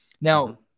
now